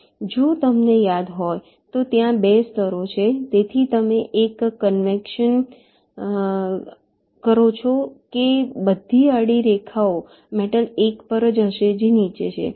જો તમને યાદ હોય તો ત્યાં 2 સ્તરો છે તેથી તમે એક કન્વેન્શન કરો છો કે બધી આડી રેખાઓ મેટલ 1 પર હશે જે નીચે છે